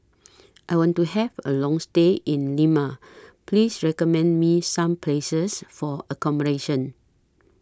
I want to Have A Long stay in Lima Please recommend Me Some Places For accommodation